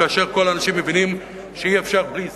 כאשר כל האנשים מבינים שאי-אפשר בלי זה,